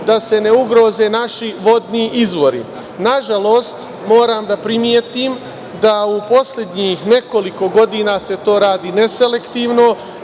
da se ne ugroze naši vodni izvori. Nažalost, moram da primetim da u poslednjih nekoliko godina se to radi neselektivno,